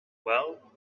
well